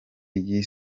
ry’i